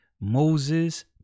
moses